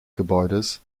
gebäudes